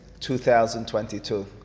2022